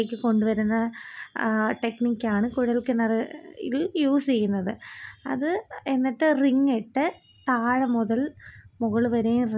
രാഷ്ട്രീയമായിട്ടുള്ള ബന്ധപ്പെട്ട വാർത്തകളൊക്കെ ഞാൻ കൂടുതലും കാണുന്നത് കായികമായിട്ട് ബന്ധപ്പെട്ട വാർത്തകളാണെങ്കിൽ ഞാൻ ക്രിക്കറ്റ് ഫുട്ബോൾ അങ്ങനെയുള്ള കായിക മത്സരങ്ങളൊക്കെ ഞാൻ കാണാറുണ്ട്